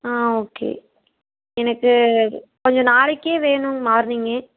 ஆ okay எனக்கு கொஞ்சம் நாளைக்கே வேணும் மார்னிங்கே